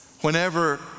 whenever